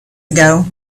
ago